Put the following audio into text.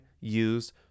use